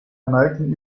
erneuten